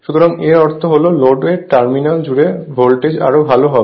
সুতরাং এর অর্থ হল লোডের টার্মিনাল জুড়ে ভোল্টেজ আরও ভাল হবে